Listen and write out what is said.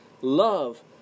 love